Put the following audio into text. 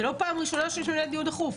זה לא פעם ראשונה שאני מנהלת דיון דחוף.